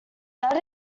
that